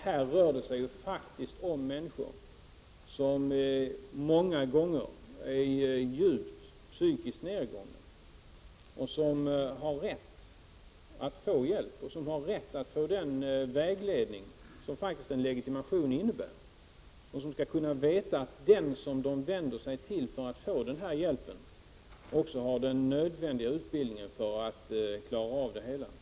Här rör det sig faktiskt om människor som många gånger är psykiskt djupt nedgångna och som har rätt att få den hjälp och den vägledning som en legitimation faktiskt innebär. Dessa människor skall kunna veta att den som de vänder sig till för att få hjälp också har den nödvändiga utbildningen för att klara av detta.